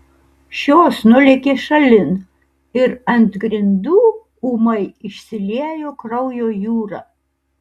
šios nulėkė šalin ir ant grindų ūmai išsiliejo kraujo jūra